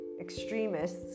extremists